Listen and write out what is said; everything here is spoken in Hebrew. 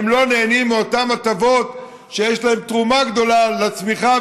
והם לא נהנים מאותן הטבות שיש להן תרומה גדולה לצמיחה,